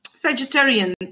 vegetarian